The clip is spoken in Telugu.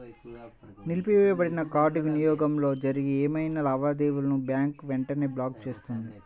నిలిపివేయబడిన కార్డ్ వినియోగంతో జరిగే ఏవైనా లావాదేవీలను బ్యాంక్ వెంటనే బ్లాక్ చేస్తుంది